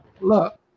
look